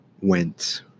went